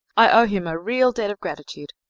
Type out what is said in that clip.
i owe him a real debt of gratitude.